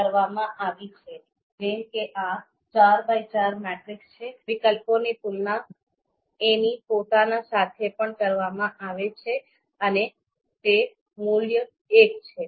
જેમ કે આ 4x4 મેટ્રિક્સ છે વિકલ્પની તુલના એની પોતાના સાથે પણ કરવામાં આવે છે અને તે મૂલ્ય એક છે